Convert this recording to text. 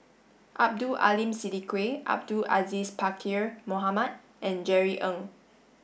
Abdul Aleem Siddique Abdul Aziz Pakkeer Mohamed and Jerry Ng